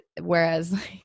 whereas